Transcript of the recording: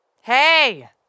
Hey